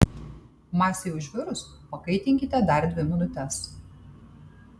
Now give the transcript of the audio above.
masei užvirus pakaitinkite dar dvi minutes